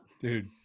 Dude